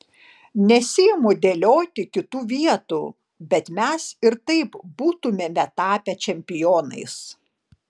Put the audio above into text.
nesiimu dėlioti kitų vietų bet mes ir taip būtumėme tapę čempionais